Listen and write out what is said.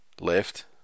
Left